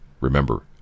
Remember